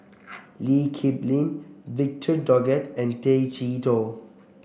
Lee Kip Lin Victor Doggett and Tay Chee Toh